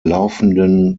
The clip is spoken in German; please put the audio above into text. laufenden